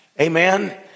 amen